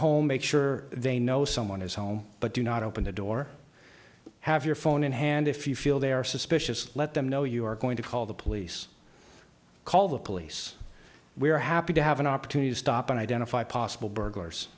home make sure they know someone is home but do not open the door have your phone in hand if you feel they are suspicious let them know you are going to call the police call the police we are happy to have an opportunity to stop and identify possible burg